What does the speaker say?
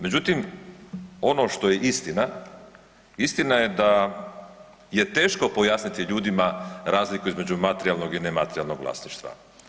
Međutim ono što je istina, istina je da je teško pojasniti ljudima razliku između materijalnog i nematerijalnog vlasništva.